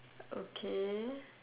okay